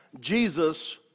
Jesus